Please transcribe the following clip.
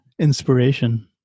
inspiration